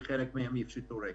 כי חלק מהם יפשטו רגל.